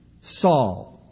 Saul